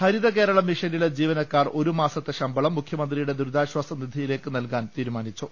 ഹരിതകേരളം മിഷനിലെ ജീവനക്കാർ ഒരു മാസത്തെ ശമ്പളം മുഖ്യമന്ത്രിയുടെ ദുരിതാശാസ നിധിയിലേക്ക് നൽകാൻ തീരുമാ നിച്ചു